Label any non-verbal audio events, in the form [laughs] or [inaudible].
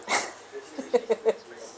[laughs]